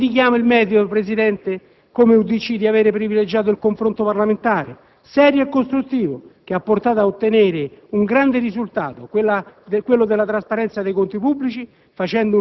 Rivendichiamo il merito come UDC di avere privilegiato il confronto parlamentare serio e costruttivo che ha portato ad ottenere un grande risultato: quello della trasparenza dei conti pubblici